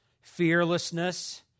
fearlessness